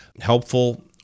helpful